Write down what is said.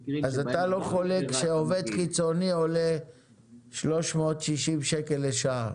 אז אתה לא חולק שעובד חיצוני עולה 360 שקלים לשעה.